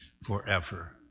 forever